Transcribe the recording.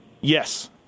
Yes